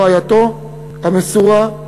רעייתו המסורה,